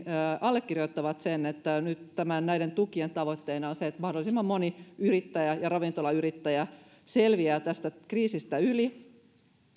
allekirjoittavat sen että nyt näiden tukien tavoitteena on se että mahdollisimman moni yrittäjä ja ravintolayrittäjä selviää tästä kriisistä yli